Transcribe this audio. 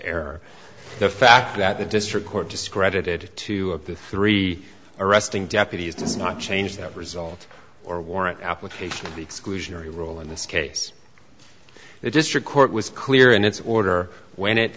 air the fact that the district court discredited two of the three arresting deputies does not change the result or warrant application of the exclusionary rule in this case the district court was clear in its order when it